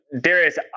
Darius